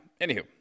anywho